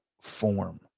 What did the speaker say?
form